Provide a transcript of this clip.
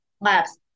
labs